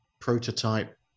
prototype